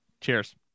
Cheers